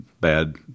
bad